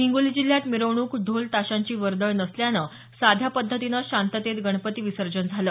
हिंगोली जिल्ह्यात मिरवणूक ढोल ताशांची वर्दळ नसल्यानं साध्या पद्धतीने शांततेत गणपती विसर्जन झालं